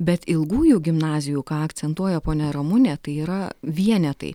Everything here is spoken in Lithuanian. bet ilgųjų gimnazijų ką akcentuoja ponia ramunė tai yra vienetai